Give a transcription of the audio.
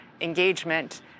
engagement